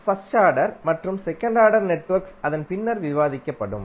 first order மற்றும் second order networks அதன் பின்னர் விவாதிக்கப்படும்